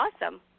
awesome